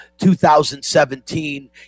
2017